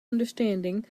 understanding